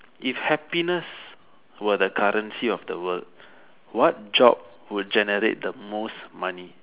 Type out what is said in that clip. if happiness were the currency of the world what job would generate the most money